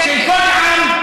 שקר.